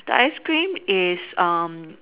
the ice cream is um